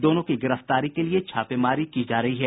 दोनों की गिरफ्तारी के लिए छापेमारी की जा रही है